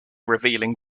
revealing